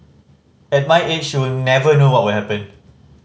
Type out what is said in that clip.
at my age you never know what will happen